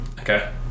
Okay